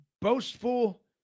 boastful